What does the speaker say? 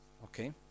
okay